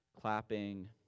clapping